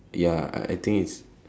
ya I think is